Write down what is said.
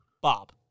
Bob